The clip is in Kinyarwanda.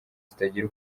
zitagira